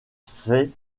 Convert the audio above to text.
ses